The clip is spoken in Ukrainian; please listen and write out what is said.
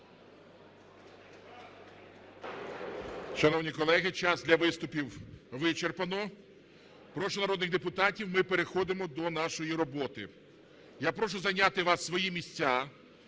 Шановні колеги, час для виступів вичерпано. Прошу народних депутатів, ми переходимо до нашої роботи. Я прошу зайняти вас свої місця,